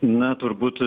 na turbūt